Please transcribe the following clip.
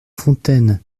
fontaine